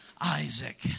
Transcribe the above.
Isaac